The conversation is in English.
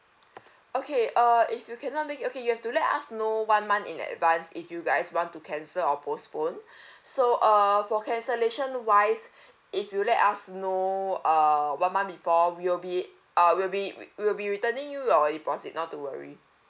okay uh if you cannot make it okay you have to let us know one month in advance if you guys want to cancel or postpone so uh for cancellation wise if you let us know err one month before we will be uh we will be we will be returning you your deposit not to worry